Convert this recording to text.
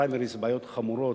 בפריימריז יש בעיות חמורות,